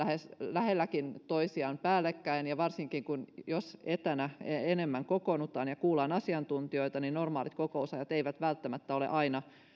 lähelläkin toisiaan päällekkäin varsinkin jos etänä enemmän kokoonnutaan ja kuullaan asiantuntijoita niin normaalit kokousajat eivät välttämättä ole aina